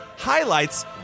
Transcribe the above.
highlights